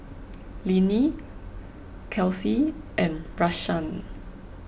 Linnie Kelsea and Rashaan